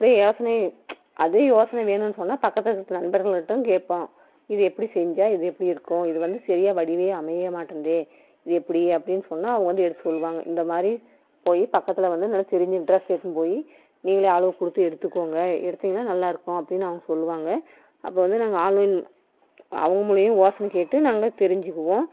அப்படியே யோசனையே அதே யோசனையே வேணும்ன்னு சொன்னால் பக்கத்தில் இருக்க நண்பர்கள்கிட்டே கேட்போம் இது எப்படி செஞ்சால் இது எப்படி இருக்கும் இது வந்து சரியா வடிவா அமையமாட்டேங்கிதே இது எப்படி அப்படின்னு சொன்னால் அவங்க வந்து எடுத்து சொல்வாங்க இந்தமாதிரி போய் பக்கத்தில் வந்து நல்லா ட்ரெஸ் எடுத்துன்னு போய் நீங்களே அளவு கொடுத்து எடுத்துக்கோங்க எடுத்தீங்கன்னா நல்லாயிருக்கும் அப்படின்னு அவங்க சொல்வாங்க அப்போ வந்து நாங்கள் ஆன்லைன் அவங்க மூலியுமா யோசனை கேட்டு நாங்கள் தெரிஞ்சுக்குவோம்